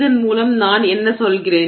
இதன் மூலம் நான் என்ன சொல்கிறேன்